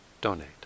donate